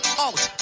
out